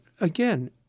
again